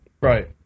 right